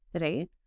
right